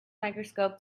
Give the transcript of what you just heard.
microscope